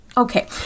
Okay